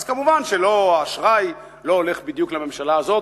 אז מובן שהאשראי לא הולך בדיוק לממשלה הזאת,